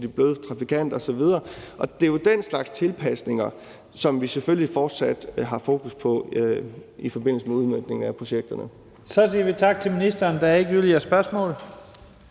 de bløde trafikanter osv. Det er jo den slags tilpasninger, som vi selvfølgelig fortsat har fokus på i forbindelse med udmøntningen af projekterne. Kl. 11:52 Første næstformand (Leif Lahn Jensen): Så siger vi tak til ministeren. Der er ikke yderligere spørgsmål.